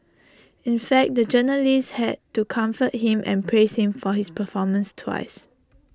in fact the journalist had to comfort him and praise him for his performance twice